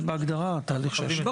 זה בהגדרה תהליך השנייה והשלישית.